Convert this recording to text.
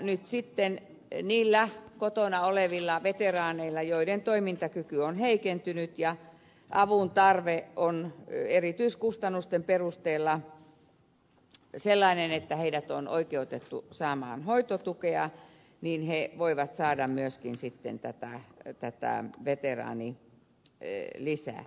nyt sitten ne kotona olevat veteraanit joiden toimintakyky on heikentynyt ja avun tarve on erityiskustannusten perusteella sellainen että heidät on oikeutettu saamaan hoitotukea voivat saada myöskin sitten tätä veteraanilisää